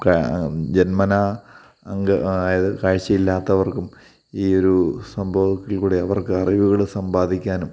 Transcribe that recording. ക ജന്മനാ അങ്ക അതായത് കാഴ്ച ഇല്ലാത്തവര്ക്കും ഈ ഒരു സംഭവത്തിൽ കൂടെ അവര്ക്ക് അറിവുകൾ സമ്പാദിക്കാനും